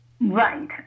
Right